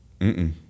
-mm